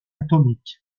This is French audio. atomique